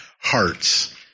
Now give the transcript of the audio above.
hearts